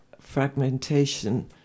fragmentation